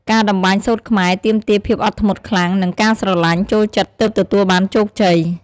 ការតម្បាញសូត្រខ្មែរ ទាមទារភាពអត់ធ្មត់ខ្លាំង និងការស្រទ្បាញ់ ចូលចិត្តទើបទទួលបានជោគជ័យ។